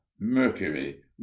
mercury